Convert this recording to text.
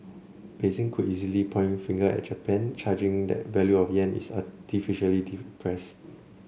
Beijing could easily point a finger at Japan charging that the value of the yen is artificially suppressed